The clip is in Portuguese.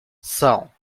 são